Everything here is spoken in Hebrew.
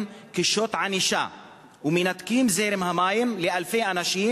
כשוט ענישה ומנתקים את זרם המים לאלפי אנשים,